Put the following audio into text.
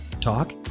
talk